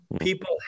People